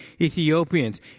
Ethiopians